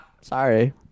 Sorry